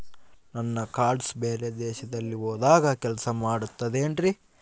ನನ್ನ ಕಾರ್ಡ್ಸ್ ಬೇರೆ ದೇಶದಲ್ಲಿ ಹೋದಾಗ ಕೆಲಸ ಮಾಡುತ್ತದೆ ಏನ್ರಿ?